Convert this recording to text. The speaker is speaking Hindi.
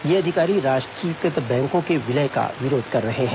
ये अधिकारी राष्ट्रीयकृत बैंकों के विलय का विरोध कर रहे हैं